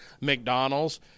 mcdonald's